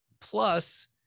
plus